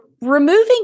removing